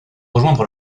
rejoindre